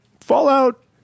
Fallout